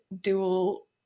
dual